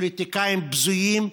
פוליטיקאים בזויים.